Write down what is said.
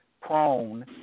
prone